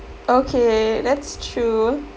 okay that's true